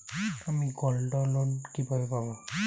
আমি গোল্ডলোন কিভাবে পাব?